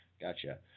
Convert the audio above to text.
Gotcha